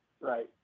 Right